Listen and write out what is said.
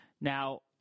Now